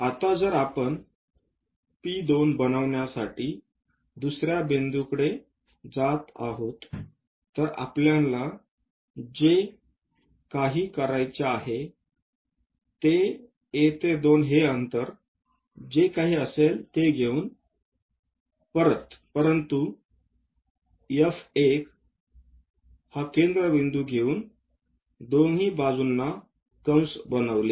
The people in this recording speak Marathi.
आता जर आपण P2 बनवण्यासाठी दुसर्या बिंदूकडे जात आहोत तर आपल्याला जे करायचे आहे ते A ते 2 हे अंतर जे काही असेल ते घेऊन परंतु F1 हा केंद्रबिंदू घेऊन दोन्ही बाजूंना कंस बनवले